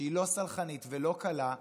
שהיא לא סלחנית ולא קלה,